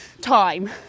time